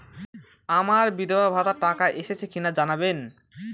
আমার বিধবাভাতার টাকা এসেছে কিনা জানাবেন?